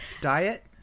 diet